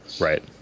Right